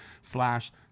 slash